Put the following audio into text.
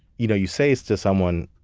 you know you say this to someone,